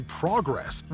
progress